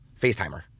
FaceTimer